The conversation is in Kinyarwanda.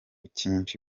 cyinshi